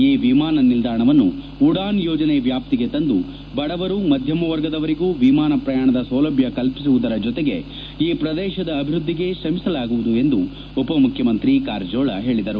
ಈ ವಿಮಾನ ನಿಲ್ದಾಣವನ್ನು ಉಡಾನ್ ಯೋಜನೆ ವ್ಯಾಪ್ತಿಗೆ ತಂದು ಬಡವರು ಮಧ್ಯಮ ವರ್ಗದವರಿಗೂ ವಿಮಾನ ಪ್ರಯಾಣದ ಸೌಲಭ್ಯ ಕಲ್ವಿಸುವುದರ ಜೊತೆಗೆ ಈ ಪ್ರದೇಶದ ಅಭಿವೃದ್ದಿಗೆ ಶ್ರಮಿಸಲಾಗುವುದು ಎಂದು ಉಪಮುಖ್ಯಮಂತ್ರಿ ಕಾರಜೋಳ ಹೇಳಿದರು